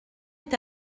est